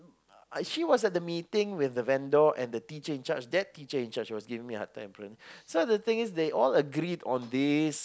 I she was at the meeting with the vendor and the teacher-in-charge that teacher-in-charge was giving me a hard time friend so the thing is they all agreed on this